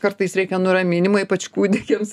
kartais reikia nuraminimo ypač kūdikiams